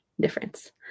difference